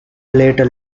later